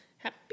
Happy